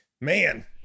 Man